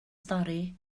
stori